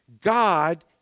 God